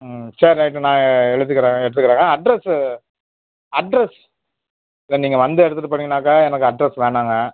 ம் சரி ரைட்டு நான் எடுத்துக்கிறேன் எடுத்துக்கிறேங்க அட்ரஸு அட்ரஸ் இல்லை நீங்கள் வந்து எடுத்துகிட்டு போயிட்டீங்கனாக்க எனக்கு அட்ரஸ் வேணாங்க